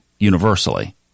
universally